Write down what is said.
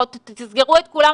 תסגרו את כולם,